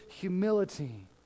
humility